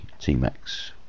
T-Max